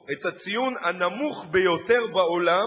את הציון הנמוך ביותר בעולם